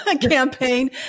campaign